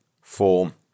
form